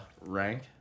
rank